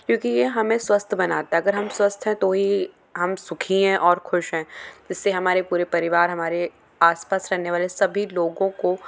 क्योंकि ये हमें स्वस्थ बनाता है अगर हम स्वस्थ है तो ही हम सुखी है और खुश है जिससे हमारे पूरे परिवार हमारे आसपास रहने वाले सभी लोगों को